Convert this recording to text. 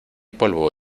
polvo